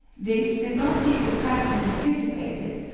this did not give the practice anticipated,